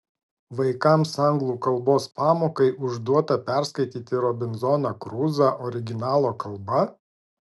vaikams anglų kalbos pamokai užduota perskaityti robinzoną kruzą originalo kalba